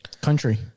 country